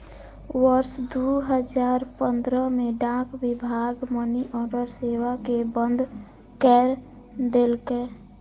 वर्ष दू हजार पंद्रह मे डाक विभाग मनीऑर्डर सेवा कें बंद कैर देलकै